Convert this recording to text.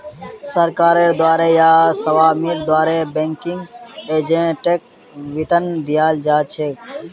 सरकारेर द्वारे या स्वामीर द्वारे बैंकिंग एजेंटक वेतन दियाल जा छेक